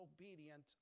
obedient